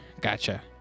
Gotcha